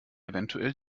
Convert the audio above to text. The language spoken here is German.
eventuell